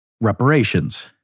reparations